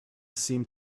seemed